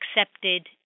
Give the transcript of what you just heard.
accepted